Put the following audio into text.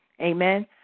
Amen